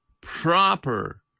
proper